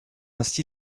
ainsi